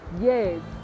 Yes